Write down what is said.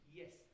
yes